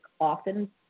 often